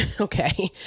okay